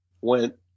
went